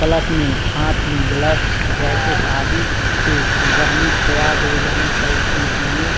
plus में हाथ में ग्लव्स जैकेट आदि से सुरहनी तैयार हो जानी चाहिए क्योंकि यह